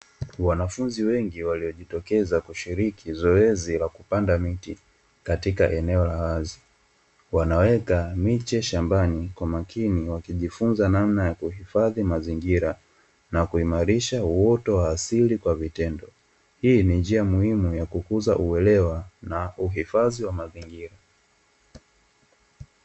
Wanafunzi wengi waliojitokeza kushiriki zoezi la kupanda miti katika eneo la wazi, wanaweka miche shambani kwa makini, wakijifunza namna ya kuhifadhi mazingira na kuimarisha uoto wa asili kwa vitendo. Hii ni njia muhimu ya kukuza uelewa na uhifadhi wa mazingira.